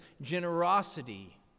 generosity